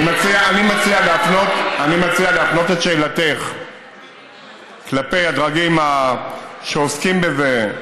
אני מציע להפנות את שאלתך כלפי הדרגים שעוסקים בזה,